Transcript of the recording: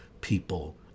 people